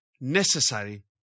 necessary